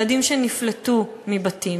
ילדים שנפלטו מבתים,